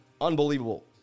Unbelievable